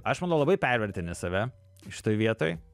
aš manau labai pervertini save šitoj vietoj